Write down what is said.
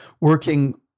working